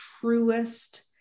truest